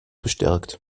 bestärkt